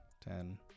ten